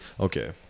Okay